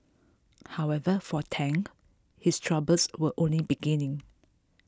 however for Tang his troubles were only beginning